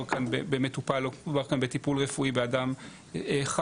כאן במטופל או מדובר כאן בטיפול רפואי באדם חי.